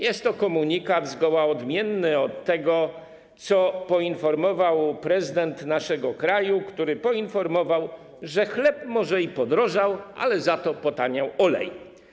Jest to komunikat zgoła odmienny od tego, co powiedział prezydent naszego kraju, który poinformował, że chleb może i podrożał, ale za to potaniał olej.